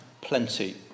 plenty